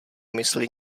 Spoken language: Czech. mysli